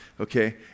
okay